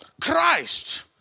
Christ